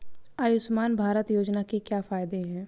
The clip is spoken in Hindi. आयुष्मान भारत योजना के क्या फायदे हैं?